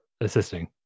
assisting